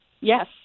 Yes